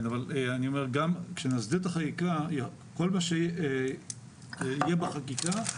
אבל כשנסדיר את החקיקה, כל מה שיהיה בחקיקה,